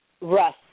Russ